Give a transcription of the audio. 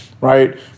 Right